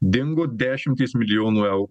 dingo dešimtys milijonų eurų